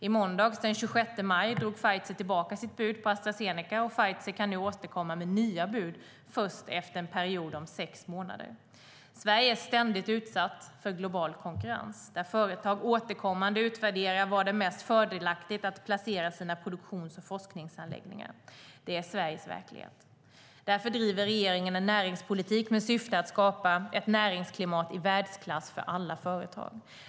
I måndags den 26 maj drog Pfizer tillbaka sitt bud på Astra Zeneca, och Pfizer kan nu återkomma med nya bud först efter en period om sex månader. Sverige är ständigt utsatt för global konkurrens där företag återkommande utvärderar var det är mest fördelaktigt att placera sina produktions och forskningsanläggningar. Det är Sveriges verklighet. Därför driver regeringen en näringspolitik med syfte att skapa ett näringsklimat i världsklass för alla företag.